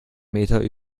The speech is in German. meter